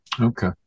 Okay